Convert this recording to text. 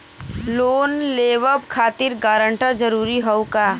Loan लेवब खातिर guarantor जरूरी हाउ का?